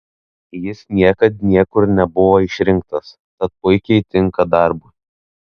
jis niekad niekur nebuvo išrinktas tad puikiai tinka darbui